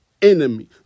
Enemy